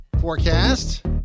Forecast